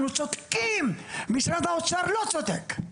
אנחנו צודקים ומשרד האוצר לא צודק.